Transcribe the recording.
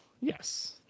Yes